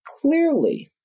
clearly